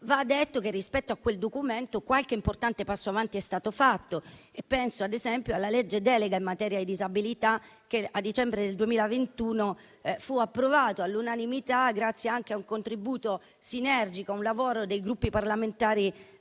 Va detto che, rispetto a quel documento, qualche importante passo avanti è stato fatto, penso ad esempio alla legge delega in materia di disabilità che a dicembre del 2021 fu approvata all'unanimità, anche grazie a un contributo sinergico, e al lavoro dei Gruppi parlamentari